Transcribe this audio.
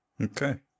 okay